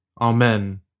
Amen